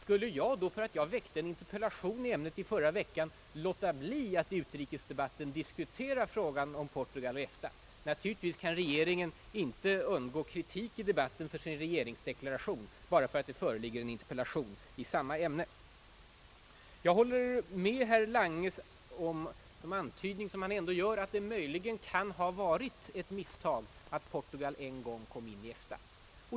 Skulle jag då, för att jag framställde en interpellation i ämnet förra veckan, låta bli att i utrikesdebatten diskutera frågan om Portugal och EFTA? Naturligtvis kan regeringen inte i denna debatt undgå kritik för sin regeringsdeklaration bara därför att det föreligger en interpellation i ämnet. Jag instämmer med herr Lange när han ändå antyder att det möjligen kan ha varit ett misstag att Portugal en gång kom in i EFTA.